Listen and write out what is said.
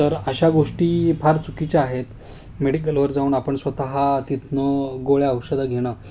तर अशा गोष्टी फार चुकीच्या आहेत मेडिकलवर जाऊन आपण स्वतः तिथून गोळ्या औषधं घेणं